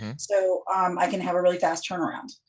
so um i can have a really fast turnaround.